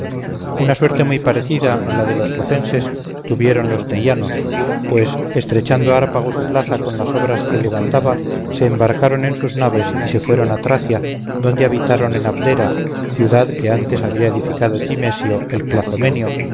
una suerte muy parecida a la de los focenses tuvieron los teianos pues estrechando hárpago su plaza con las obras que levantaba se embarcaron en sus naves y se fueron a tracia donde habitaron en abdera ciudad que antes había edificado tymesio el